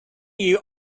you